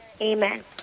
Amen